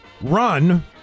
run